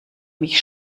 mich